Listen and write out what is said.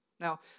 Now